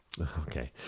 Okay